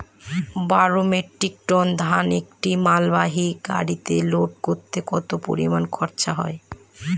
বারো metric ton ধান একটি মালবাহী গাড়িতে লোড করতে কতো পরিমাণ খরচা হয়?